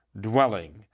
dwelling